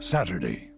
Saturday